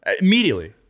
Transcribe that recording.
immediately